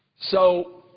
so